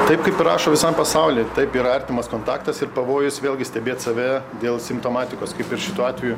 taip kaip ir rašo visam pasauly taip yra artimas kontaktas ir pavojus vėlgi stebėt save dėl simptomatikos kaip ir šituo atveju